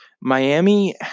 Miami